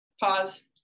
Pause